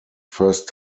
first